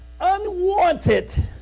unwanted